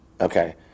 okay